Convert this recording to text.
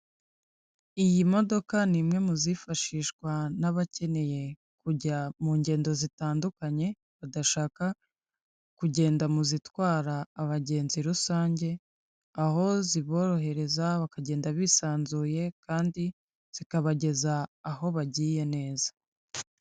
Iyi modoka ni imwe mu zifashishwa n'abakeneye kujya mu ngendo zitandukanye, badashaka kugenda mu zitwara abagenzi rusange, aho ziborohereza bakagenda bisanzuye kandi zikabageza aho bagiye neza.